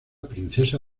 princesa